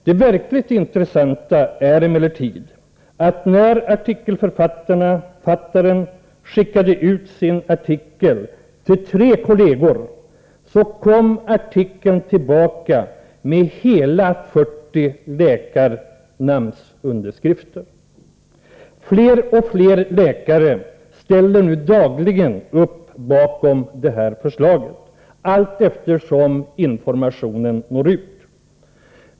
Det verkligt intressanta är emellertid att när artikelförfattaren skickade ut sin artikel till tre kolleger, så kom artikeln tillbaka med hela 40 namnunderskrifter av läkare. Fler och fler läkare ställer nu dagligen upp bakom förslaget, allteftersom informationen når ut.